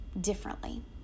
differently